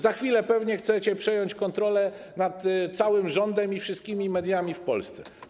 Za chwilę pewnie będziecie chcieli przejąć kontrolę nad całym rządem i wszystkim mediami w Polsce.